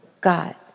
God